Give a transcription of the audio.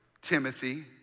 Timothy